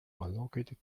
allocated